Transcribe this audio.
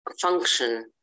function